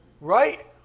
Right